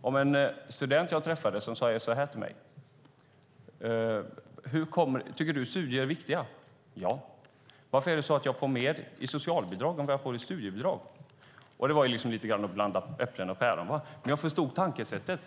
om en student jag träffade som sade så här till mig: Tycker du att studier är viktiga? Ja, svarade jag. Då sade han: Varför är det så att jag får mer i socialbidrag än vad jag får i studiebidrag? Det var lite att blanda äpplen och päron, men jag förstod tankesättet.